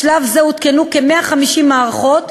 בשלב זה הותקנו כ-150 מערכות,